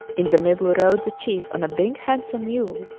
in the middle rode the chief on a big handsome mule,